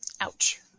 Ouch